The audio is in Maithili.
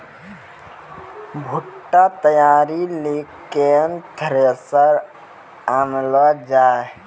बूटा तैयारी ली केन थ्रेसर आनलऽ जाए?